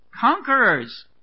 conquerors